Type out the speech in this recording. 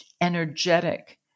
energetic